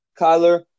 Kyler